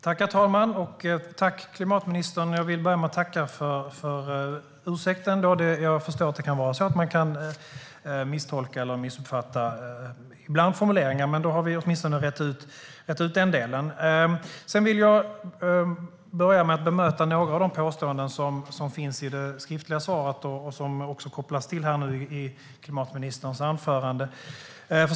Herr talman! Jag vill börja med att tacka klimatministern för ursäkten. Jag förstår att det kan vara svårt och att man kan misstolka eller missuppfatta formuleringar ibland. Då har vi rett ut det. Jag vill bemöta några av de påståenden som finns i det skriftliga svaret och som det kopplades till här i klimatministerns anförande.